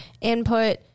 input